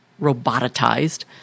robotized